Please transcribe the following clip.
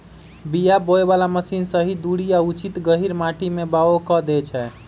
बीया बोय बला मशीन सही दूरी आ उचित गहीर माटी में बाओ कऽ देए छै